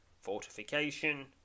fortification